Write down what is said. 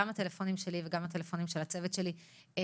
גם הטלפונים שלי וגם הטלפונים של הצוות שלי פנויים.